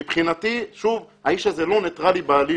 מבחינתי האיש הזה לא ניטרלי בעליל.